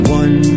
one